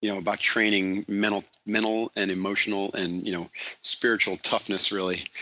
you know about training mental mental and emotional and you know spiritual toughness really.